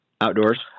outdoors